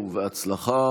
הוא יכול לרכוש אותו